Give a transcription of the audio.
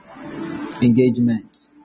engagement